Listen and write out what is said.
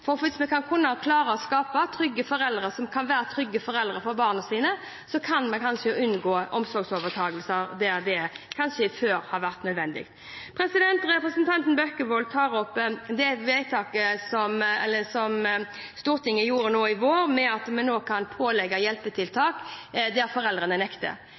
Hvis vi kan klare å skape foreldre som kan være trygge foreldre for sine barn, kan vi kanskje unngå omsorgsovertakelser der det før kan ha vært nødvendig. Representanten Bekkevold nevner vedtaket som Stortinget gjorde i vår, at vi nå kan pålegge hjelpetiltak der foreldrene nekter.